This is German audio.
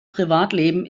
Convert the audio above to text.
privatleben